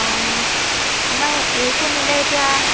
অঁ আমাৰ এইকো নিলে এতিয়া